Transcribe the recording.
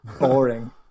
boring